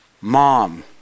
Mom